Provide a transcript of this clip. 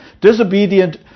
disobedient